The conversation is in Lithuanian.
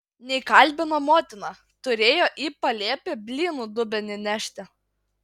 neįkalbino motina turėjo į palėpę blynų dubenį nešti